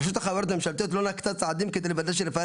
רשות החברות הממשלתיות לא נקטה צעדים כדי לוודא ש"רפאל"